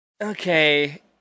okay